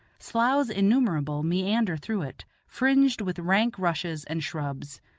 sloughs innumerable meander through it, fringed with rank rushes and shrubs.